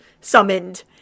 summoned